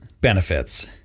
benefits